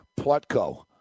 Plutko